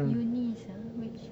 unis ah which